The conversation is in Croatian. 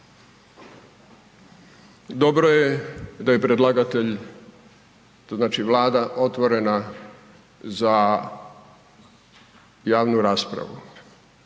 dobro je da je predlagatelj, znači vlada otvorena za javnu raspravu.